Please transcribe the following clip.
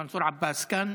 מנסור עבאס כאן?